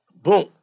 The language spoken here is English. Boom